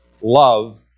love